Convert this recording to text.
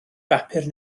bapur